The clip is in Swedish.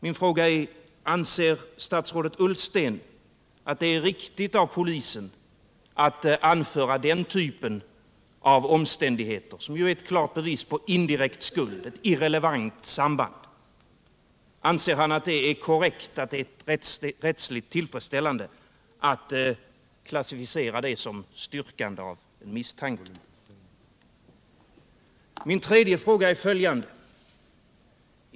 Min fråga är: Anser statsrådet Ullsten att det är riktigt av polisen att anföra den typen av omständigheter, som ju är ett klart bevis på indirekt skuld och irrelevant samband? Anser han att det är korrekt och rättsligt tillfredsställande att klassificera detta som styrkande av misstanke? 3.